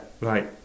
right